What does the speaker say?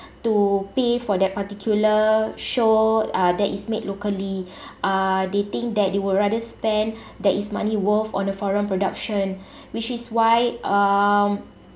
to pay for that particular show uh that is made locally uh they think that they would rather spend that is money worth on the foreign production which is why um